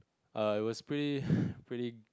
err it was pretty pretty